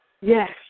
Yes